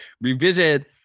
revisit